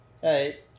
Hey